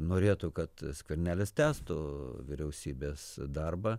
norėtų kad skvernelis tęstų vyriausybės darbą